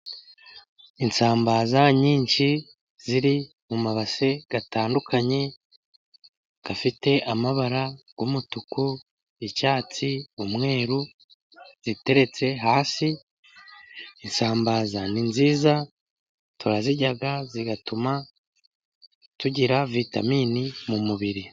Isambaza nyinshi ziri mu mabase atandukanye afite amabara y' umutuku, icyatsi, umweru ziteretse hasi. Isambaza ni nziza turazirya zigatuma tugira vitamini mu mubiri.